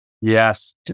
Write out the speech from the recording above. Yes